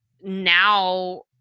now